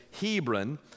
Hebron